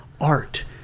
art